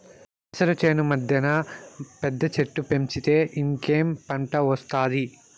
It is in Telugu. పెసర చేను మద్దెన పెద్ద చెట్టు పెంచితే ఇంకేం పంట ఒస్తాది